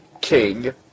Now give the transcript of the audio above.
King